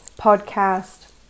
podcast